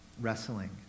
wrestling